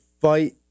fight